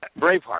Braveheart